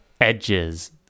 edges